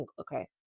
okay